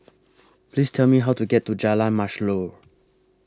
Please Tell Me How to get to Jalan Mashhor